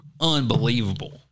unbelievable